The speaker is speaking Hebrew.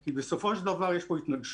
כי בסופו של דבר יש פה התנגשות,